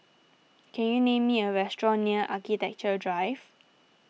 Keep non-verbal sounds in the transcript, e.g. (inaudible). can you (unintelligible) me a restaurant near Architecture Drive